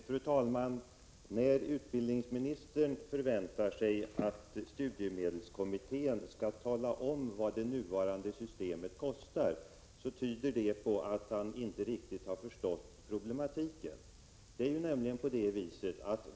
Fru talman! När utbildningsministern förväntar sig att studiemedelskommittén skall tala om vad det nuvarande systemet kostar tyder det på att han inte riktigt har förstått problematiken.